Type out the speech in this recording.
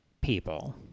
people